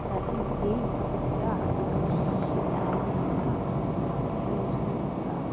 setting च गेई फिर दिक्खेआ फिर में उं'दी ऐप बिच्च ना उत्थै उसी ओह् कीता